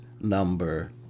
number